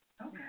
Okay